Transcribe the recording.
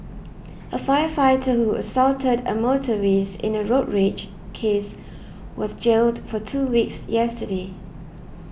a firefighter who assaulted a motorist in a road rage case was jailed for two weeks yesterday